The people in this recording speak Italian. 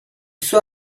suo